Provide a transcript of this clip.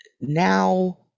now